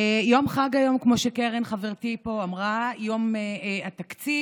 יום חג היום, כמו שקרן חברתי פה אמרה, יום התקציב,